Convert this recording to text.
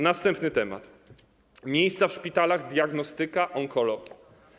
Następny temat: miejsca w szpitalach, diagnostyka, onkologia.